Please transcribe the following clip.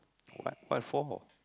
what what for